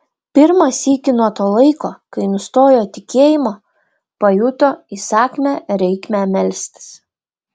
pirmą sykį nuo to laiko kai nustojo tikėjimo pajuto įsakmią reikmę melstis